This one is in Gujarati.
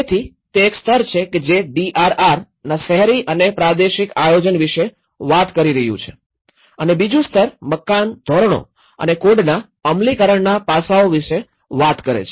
તેથી તે એક સ્તર છે કે જે ડીઆરઆરના શહેરી અને પ્રાદેશિક આયોજન વિશે વાત કરી રહ્યું છે અને બીજું સ્તર મકાન ધોરણો અને કોડના અમલીકરણના પાસાઓ વિશે વાત કરે છે